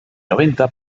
noventa